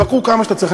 תבקרו כמה שצריך.